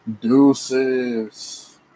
deuces